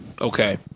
Okay